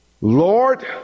lord